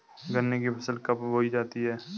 गन्ने की फसल कब बोई जाती है?